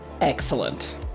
Excellent